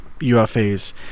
UFA's